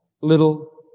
little